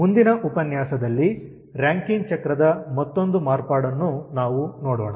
ಮುಂದಿನ ಉಪನ್ಯಾಸದಲ್ಲಿ ರಾಂಕಿನ್ ಚಕ್ರದ ಮತ್ತೊಂದು ಮಾರ್ಪಾಡನ್ನು ನಾವು ನೋಡೋಣ